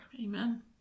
Amen